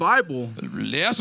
Bible